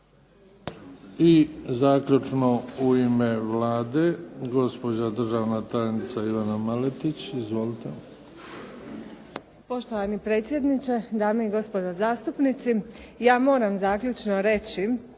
I zaključno u ime Vlade, gospođa državna tajnica Ivana Maletić. Izvolite. **Maletić, Ivana** Poštovani predsjedniče, dame i gospodo zastupnici. Ja moram zaključno reći